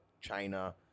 china